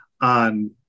on